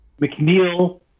McNeil